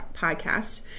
podcast